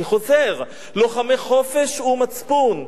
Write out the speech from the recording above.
אני חוזר: לוחמי חופש ומצפון,